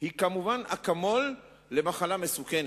היא כמתן אקמול למחלה מסוכנת.